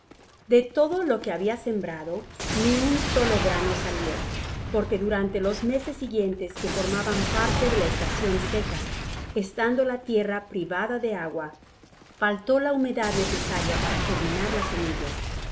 de todo lo que habia sembrado ni un solo grano salió porque durante los meses siguientes que formaban parte de la estacion seca estando la tierra privada de agua faltó la humedad necesaria para germinar la semilla